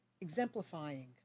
exemplifying